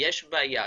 יש בעיה,